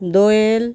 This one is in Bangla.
দোয়েল